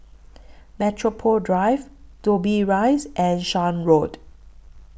Metropole Drive Dobbie Rise and Shan Road